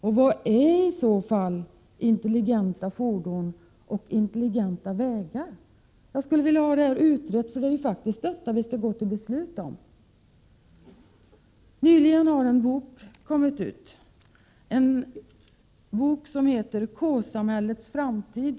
Och vad är i så fall intelligenta fordon och intelligenta vägar? Jag skulle vilja ha detta utrett, för det är faktiskt det vi skall gå till beslut om. Det kom nyligen ut en bok med titeln K-samhällets Framtid.